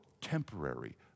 temporary